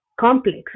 complex